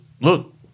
Look